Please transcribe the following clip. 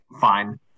fine